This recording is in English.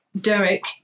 Derek